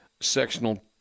sectional